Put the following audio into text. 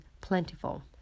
plentiful